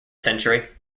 century